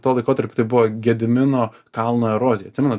tuo laikotarpiu tai buvo gedimino kalno erozija atsimena